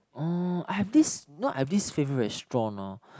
oh I have this know I have the favourite restaurant hor